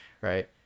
right